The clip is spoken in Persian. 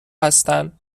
هستن